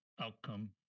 outcome